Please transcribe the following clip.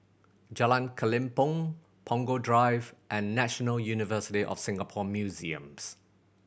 Jalan Kelempong Punggol Drive and National University of Singapore Museums